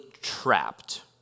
trapped